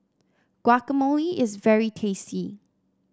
guacamole is very tasty